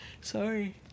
sorry